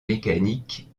mécaniques